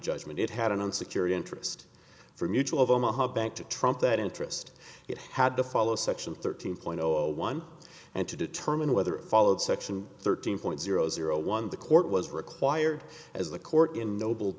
judgment it had an unsecured interest for mutual of omaha bank to trump that interest it had to follow section thirteen point zero one and to determine whether it followed section thirteen point zero zero one the court was required as the court in noble